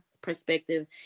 perspective